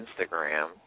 Instagram